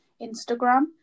Instagram